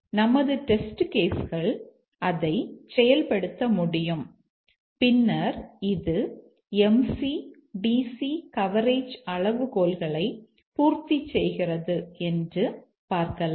நமது test case கள் அதை செயல்படுத்த முடியும் பின்னர் இது MC DC கவரேஜ் அளவுகோல்களை பூர்த்தி செய்கிறது என்று பார்க்கலாம்